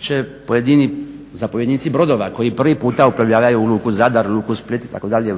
će pojedini zapovjednici brodova koji prvi puta uplovljavaju u Luku Zadar, Luku Split,